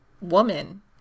woman